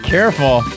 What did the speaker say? Careful